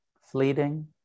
fleeting